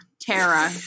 Tara